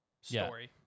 story